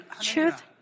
Truth